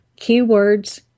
Keywords